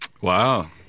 Wow